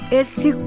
Esse